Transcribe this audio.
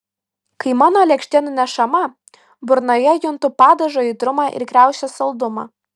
kai mano lėkštė nunešama burnoje juntu padažo aitrumą ir kriaušės saldumą